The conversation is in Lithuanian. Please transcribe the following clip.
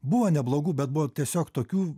buvo neblogų bet buvo tiesiog tokių